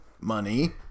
money